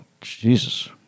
Jesus